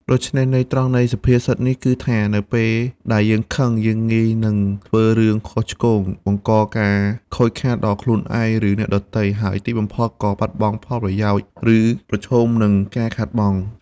ដូច្នេះ ន័យត្រង់នៃសុភាសិតនេះគឺថា នៅពេលដែលយើងខឹង យើងងាយនឹងធ្វើរឿងខុសឆ្គង បង្កការខូចខាតដល់ខ្លួនឯង ឬអ្នកដទៃ ហើយទីបំផុតក៏បាត់បង់ផលប្រយោជន៍ ឬប្រឈមនឹងការខាតបង់។